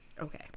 okay